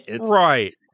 Right